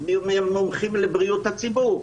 מומחים לבריאות הציבור,